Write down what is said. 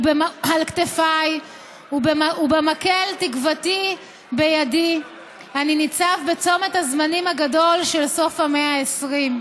כתפיי ובמקל תקוותי בידי אני ניצב בצומת הזמנים הגדול של סוף המאה ה-20.